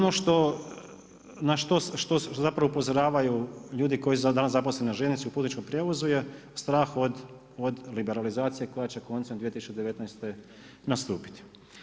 Dakle, ono na što zapravo upozoravaju ljudi koji su danas zaposleni u željezničkom putničkom prijevozu je strah od liberalizacije koja će koncem 2019. nastupiti.